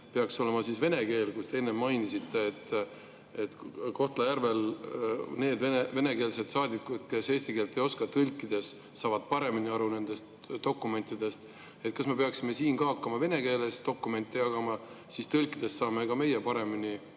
peaks olema siis vene keel? Te enne mainisite, et Kohtla-Järvel need venekeelsed saadikud, kes eesti keelt ei oska, tõlkides saavad paremini aru dokumentidest. Kas me peaksime siin ka hakkama vene keeles dokumente jagama, sest siis tõlkides saame ka meie paremini